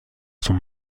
sont